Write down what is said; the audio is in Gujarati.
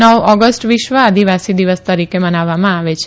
નવ ઓગષા વિશ્વ આદિવાસી દિવસ તરીકે મનાવવામાં આવે છે